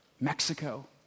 Mexico